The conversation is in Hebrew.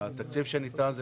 התקציב שניתן זה